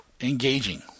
engaging